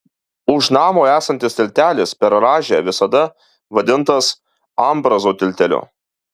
už namo esantis tiltelis per rąžę visada vadintas ambrazo tilteliu